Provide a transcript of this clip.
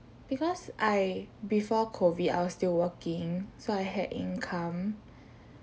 because I before COVID I was still working so I had income